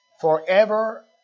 forever